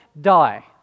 die